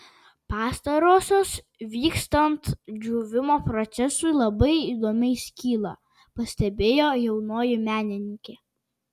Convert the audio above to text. pastarosios vykstant džiūvimo procesui labai įdomiai skyla pastebėjo jaunoji menininkė